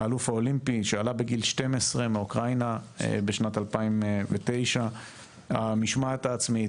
האלוף האולימפי שעלה בגיל 12 מאוקראינה בשנת 2009. המשמעת העצמית,